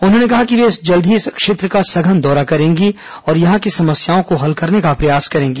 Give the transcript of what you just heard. उन्होंने कहा कि वे जल्द ही इस क्षेत्र का सघन दौरा करेंगी और यहां की समस्याओं को हल करने का प्रयास करेंगी